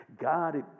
God